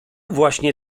właśnie